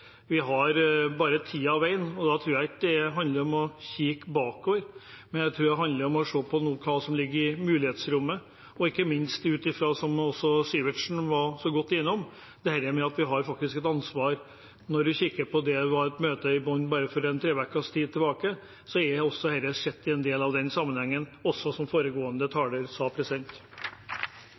vi har bare tiden og veien. Da tror jeg ikke at det handler om å kikke bakover, men jeg tror det handler om å se på hva som ligger i mulighetsrommet, og ikke minst, som også Sivertsen var innom, dette med at vi faktisk har et ansvar. Når vi ser på møtet i Bonn bare for en tre ukers tid tilbake, er dette også satt i den sammenhengen, som også representanten Sivertsen sa. Som